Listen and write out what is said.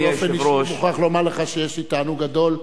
אני באופן אישי מוכרח לומר לך שיש לי תענוג גדול,